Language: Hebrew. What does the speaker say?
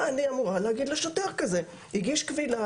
מה אני אמורה להגיד לשוטר כזה שהגיש קבילה